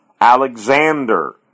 Alexander